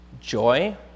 joy